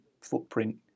footprint